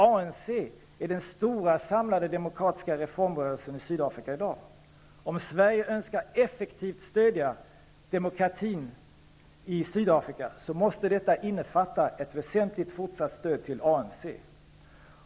ANC är den stora, samlade demokratiska reformrörelsen i Sydafrika i dag. Om Sverige önskar effektivt stödja demokratin i Sydafrika måste detta innefatta ett väsentligt fortsatt stöd till ANC.